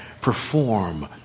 Perform